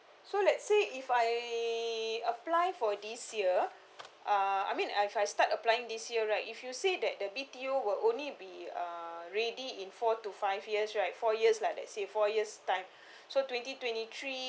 so let's say if I apply for this year uh I mean I I start applying this year right if you say that the B_T_O will only be uh ready in four to five years right four years lah let's say four years time so twenty twenty three